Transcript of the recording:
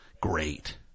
great